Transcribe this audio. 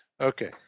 Okay